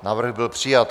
Návrh byl přijat.